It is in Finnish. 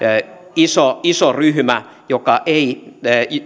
iso iso ryhmä joka ei